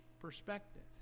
perspective